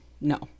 No